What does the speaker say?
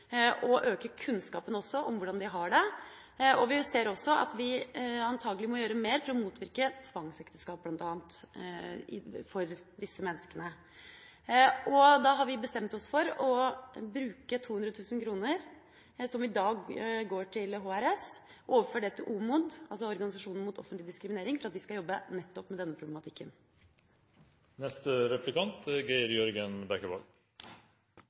å øke kunnskapen om hvordan de har det. Vi ser også at vi antakelig må gjøre mer for å motvirke tvangsekteskap, bl.a., for disse menneskene. Derfor har vi bestemt oss for å overføre 200 000 kr som i dag går til HRS, til OMOD, Organisasjonen mot offentlig diskriminering, for at de skal jobbe med nettopp denne problematikken. Det er